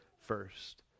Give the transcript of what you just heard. first